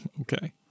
okay